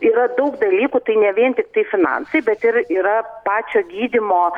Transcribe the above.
yra daug dalykų tai ne vien tiktai finansai bet ir yra pačio gydymo